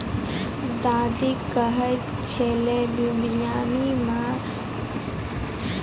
दादी कहै छेलै बिरयानी मॅ चक्रफूल के उपयोग स स्वाद बढ़ी जाय छै